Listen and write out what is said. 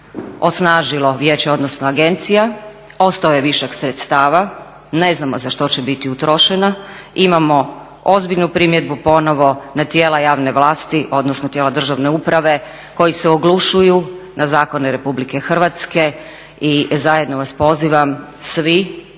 osnažilo vijeće, odnosno agencija? Ostao je višak sredstava, ne znamo za što će biti utrošena, imamo ozbiljnu primjedbu ponovo na tijela javne vlasti, odnosno tijela državne uprave koji se oglušuju na zakone RH i zajedno vas pozivam, svi